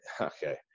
okay